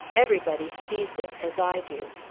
everybody sees it, as i do.